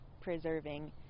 preserving